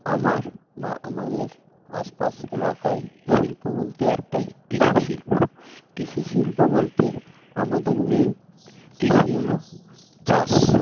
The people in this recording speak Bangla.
আমার বা আমাদের আশপাশ এলাকায় শিল্প বলতে একটাই কৃষি শিল্প কৃষি শিল্প বলতে আমাদের মেন কৃষি হল চাষ